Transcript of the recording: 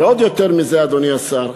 ועוד יותר מזה, אדוני השר,